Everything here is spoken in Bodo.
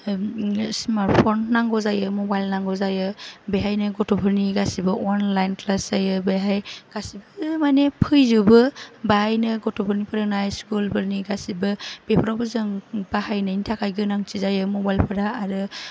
स्मार्ट फन नांगौ जायो मबाइल नांगौ जायो बेहायनो गथ'फोरनि गासैबो अनलाइन क्लास जायो बेहाय गासैबो मानि फैजोबो बाहायनो गथ'फोरनि फोरोंनाय स्कुलफोरनि गासैबो बेफ्रावबो जों बाहायनायनि थाखाय गोनांथि जायो मबाइफ्रा आरो